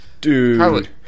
Dude